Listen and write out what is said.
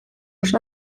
oso